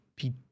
-p